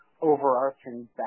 overarching